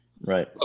Right